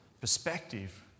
perspective